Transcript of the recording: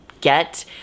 get